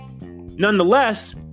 nonetheless